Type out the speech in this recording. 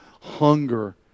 hunger